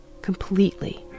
completely